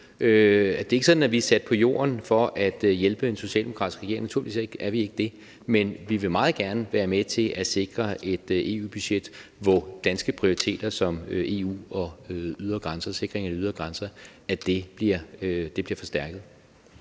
Det er ikke sådan, at vi er sat på jorden for at hjælpe en socialdemokratisk regering – naturligvis er vi ikke det – men vi vil meget gerne være med til at sikre et EU-budget, hvor danske prioriteter som EU og sikring af de ydre grænser bliver forstærket.